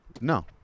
No